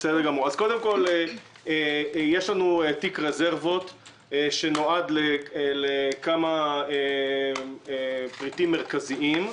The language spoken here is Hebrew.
יש לנו תיק רזרבות שנועד לכמה פריטים מרכזיים.